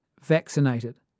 vaccinated